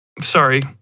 sorry